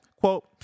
Quote